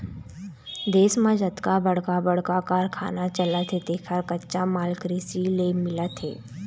देश म जतका बड़का बड़का कारखाना चलत हे तेखर कच्चा माल कृषि ले मिलत हे